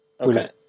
okay